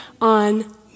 on